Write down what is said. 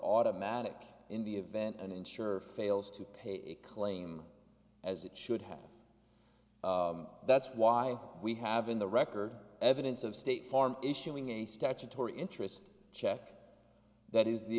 automatic in the event and insured fails to pay a claim as it should have that's why we have in the record evidence of state farm issuing a statutory interest check that is the